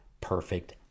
perfect